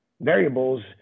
variables